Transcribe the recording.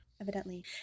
Evidently